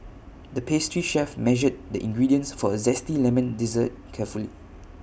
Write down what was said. the pastry chef measured the ingredients for A Zesty Lemon Dessert carefully